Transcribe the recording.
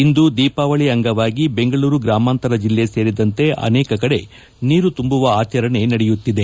ಇಂದು ದೀಪಾವಳಿ ಅಂಗವಾಗಿ ಬೆಂಗಳೂರು ಗ್ರಾಮಾಂತರ ಜಿಲ್ಲೆ ಸೇರಿದಂತೆ ಅನೇಕ ಕಡೆ ನೀರು ತುಂಬುವ ಆಚರಣೆ ನಡೆಯುತ್ತಿದೆ